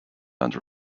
under